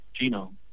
genome